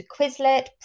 Quizlet